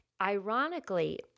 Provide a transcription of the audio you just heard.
Ironically